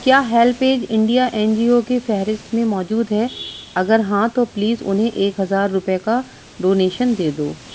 کیا Help Age India N G O کی فہرست میں موجود ہے اگر ہاں تو پلیز انہیں ایک ہزار روپے کا ڈونیشن دے دو